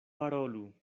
parolu